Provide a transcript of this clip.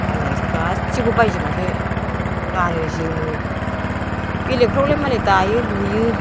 बायनानैसो गासैबो बायजोबनानैसो गानो जोमो बेलेगफ्रावलाय मालाय दायो लुयो